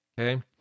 Okay